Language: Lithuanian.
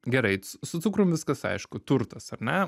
gerai su cukrum viskas aišku turtas ar ne